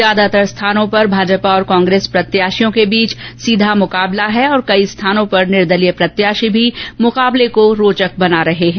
ज्यादातर स्थानों पर भाजपा तथा कांग्रेस प्रत्याशियों के बीच सीधा मुकाबला है और कई स्थानों पर निर्दलीय प्रत्याशी भी मुकाबले को रोचक बना रहे है